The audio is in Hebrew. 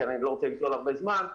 כי אני לא רוצה לגזול הרבה זמן,